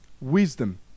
Wisdom